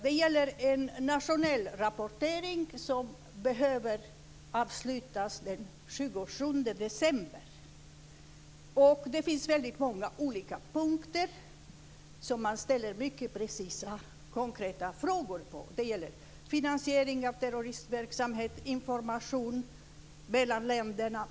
Det gäller en nationell rapportering som behöver avslutas den 27 december. Det finns väldigt många olika punkter som man ställer mycket precisa och konkreta frågor på. Det gäller finansiering av terroristverksamhet och information mellan länderna.